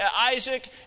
Isaac